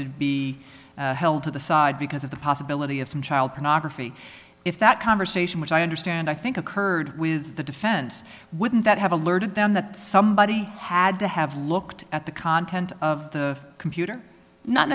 to be held to the side because of the possibility of some child pornography if that conversation which i understand i think occurred with the defense wouldn't that have alerted them that somebody had to have looked at the content of the computer not